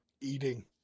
Eating